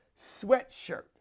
sweatshirt